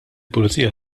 pulizija